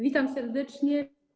Witam serdecznie.